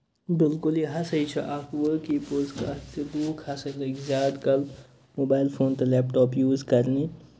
بِلکُل یہِ ہسا یہِ چھِ اکھ واقی پوٚز کَتھ زِ لُکھ ہسا لٔگۍ زیادٕ کَل موبایِل فون تہٕ لیپٹاپ یوٗز کرنہِ